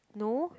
no